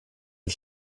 and